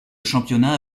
championnat